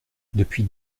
depuis